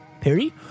Perry